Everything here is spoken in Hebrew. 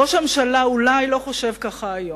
ראש הממשלה אולי לא חושב כך היום,